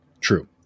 true